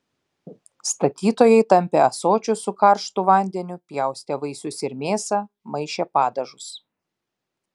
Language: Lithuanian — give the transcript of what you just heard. statytojai tampė ąsočius su karštu vandeniu pjaustė vaisius ir mėsą maišė padažus